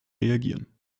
reagieren